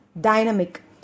dynamic